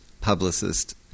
publicist